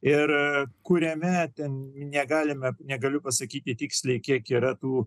ir kuriame ten negalime negaliu pasakyti tiksliai kiek yra tų